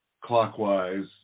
clockwise